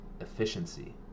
efficiency